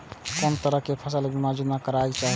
कोन तरह के फसल बीमा योजना कराना चाही?